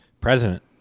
president